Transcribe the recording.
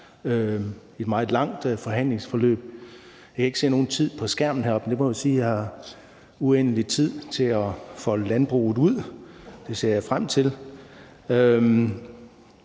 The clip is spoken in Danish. et meget langt forhandlingsforløb. Jeg kan ikke se nogen tid på skærmen heroppe, men det vil vel sige, at jeg har uendelig tid til at folde landbruget ud – det ser jeg frem til.